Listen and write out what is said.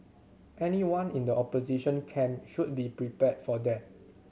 anyone in the opposition camp should be prepared for that